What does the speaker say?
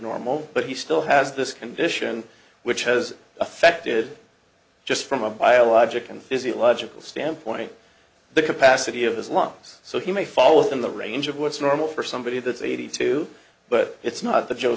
normal but he still has this condition which has affected just from a biologic and physiological standpoint the capacity of his lungs so he may fall within the range of what's normal for somebody that's eighty two but it's not the joe